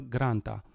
Granta